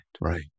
right